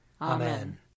Amen